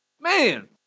Man